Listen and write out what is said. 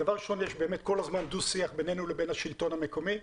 יש באמת כל הזמן דו שיח בינינו ובין השלטון המקומי.